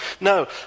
No